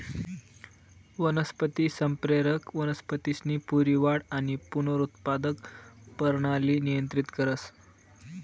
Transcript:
वनस्पती संप्रेरक वनस्पतीसनी पूरी वाढ आणि पुनरुत्पादक परणाली नियंत्रित करस